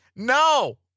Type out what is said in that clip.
No